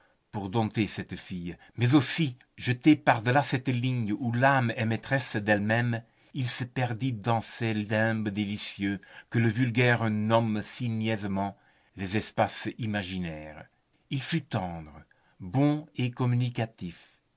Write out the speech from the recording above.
pour dompter cette fille mais aussi jeté par delà cette ligne où l'âme est maîtresse d'elle-même il se perdit dans ces limbes délicieuses que le vulgaire nomme si niaisement les espaces imaginaires il fut tendre bon et